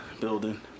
building